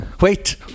wait